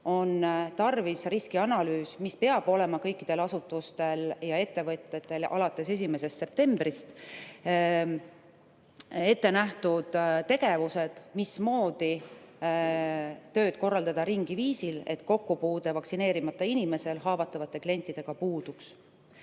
on tarvis teha riskianalüüs, mis peab olema kõikidel asutustel ja ettevõtetel alates 1. septembrist, ja ette näha tegevused, mismoodi tööd korraldada ringi viisil, et kokkupuude vaktsineerimata inimesel haavatavate klientidega puuduks.